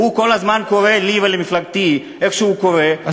והוא כל הזמן קורא לי ולמפלגתי איך שהוא קורא,